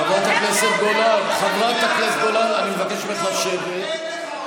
אין לך רוב.